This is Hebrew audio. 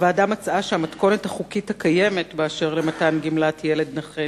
הוועדה מצאה שהמתכונת החוקית הקיימת באשר למתן גמלת ילד נכה